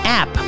app